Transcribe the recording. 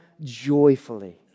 joyfully